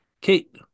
Kate